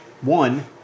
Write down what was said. one